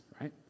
Right